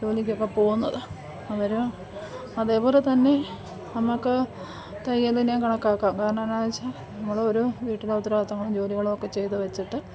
ജോലിക്കൊക്കെ പോവുന്നത് അവർ അതേപോലെ തന്നെ നമുക്ക് തയ്യലിനെയും കണക്കാക്കാം കാരണം എന്നാ എന്നുവെച്ചാൽ നമ്മൾ ഒരു വീട്ടിലെ ഉത്തരവാദിത്തങ്ങളും ജോലികളൊക്കെ ചെയ്ത് വെച്ചിട്ട്